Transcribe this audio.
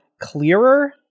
clearer